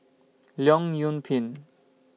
Leong Yoon Pin